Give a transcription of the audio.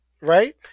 right